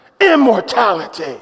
immortality